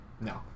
no